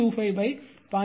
25 0